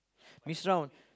mix round